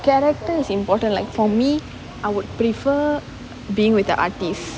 character is important like for me I would prefer being with the artist